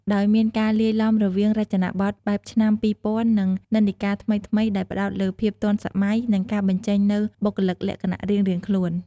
ដោយមានការលាយឡំរវាងរចនាបទបែបឆ្នាំ២០០០ និងនិន្នាការថ្មីៗដែលផ្ដោតលើ ភាពទាន់សម័យ និងការបញ្ចេញនូវបុគ្គលិកលក្ខណៈរៀងៗខ្លួន។